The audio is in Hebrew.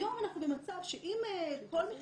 היום אנחנו במצב שכל מכללה,